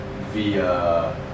via